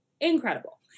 incredible